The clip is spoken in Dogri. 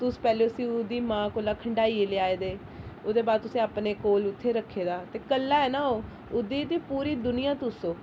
तुस पैह्ले उसी ओह्दी मां कोला खंडाइयै लेई आए दे ओह्दे बाद च अपने कोल उत्थें रक्खे दा ते कल्ला ऐ न ओह् ओह्दी ते पूरी दुनियां तुस ओ